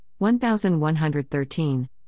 1113